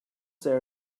there